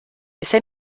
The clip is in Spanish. ese